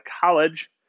college